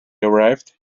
arrived